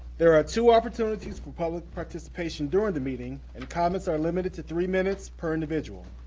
there are two opportunities for public participation during the meeting, and comments are limited to three minutes per individual.